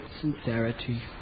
sincerity